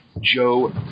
Joe